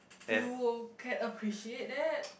you will can appreciate that